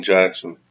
Jackson